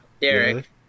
Derek